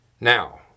Now